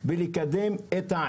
אז כל מי שנמצא כאן מוזמן